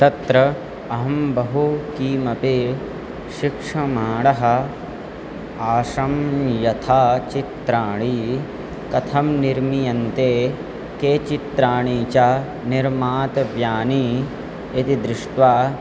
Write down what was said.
तत्र अहं बहु किमपि शिक्षमाडः आशां यथा चित्राणि कथं निर्मीयन्ते के चित्राणि च निर्मातव्यानि इति दृष्ट्वा